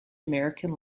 american